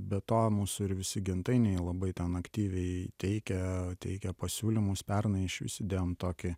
be to mūsų ir visi gentainiai labai ten aktyviai teikia teikia pasiūlymus pernai išvis idėjom tokį